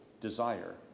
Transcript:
desire